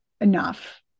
enough